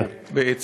תיקו, בעצם.